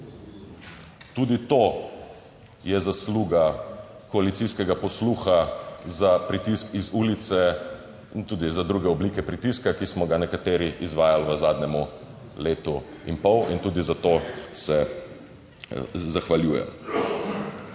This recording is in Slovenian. Tudi to je zasluga koalicijskega posluha za pritisk iz ulice in tudi za druge oblike pritiska, ki smo ga nekateri izvajali v zadnjem letu in pol. In tudi zato se zahvaljujem